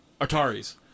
Ataris